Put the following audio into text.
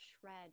shred